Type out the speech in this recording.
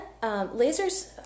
lasers